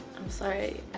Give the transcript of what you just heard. i'm sorry.